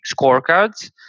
scorecards